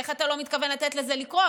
איך אתה לא מתכוון לתת לזה לקרות?